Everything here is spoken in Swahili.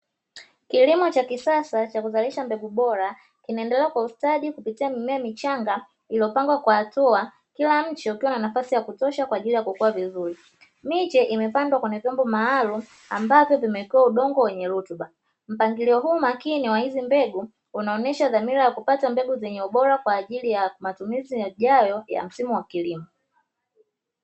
Kilimo cha kisasa cha kuzalisha mbegu bora kinaendelea kwa ustadi kupitia mimea michanga iliyopangwa kwa hatua, kila mche ukiwa na nafasi ya kutosha kwa ajili ya kukua vizuri. Miche imepandwa kwenye vyombo maalumu ambavyo vimewekewa udongo wenye rutuba. Mpangilio huu makini wa hizi mbegu unaonesha dhamira ya kupata mbegu zenye ubora kwa ajili ya matumizi yajayo ya msimu wa kilimo.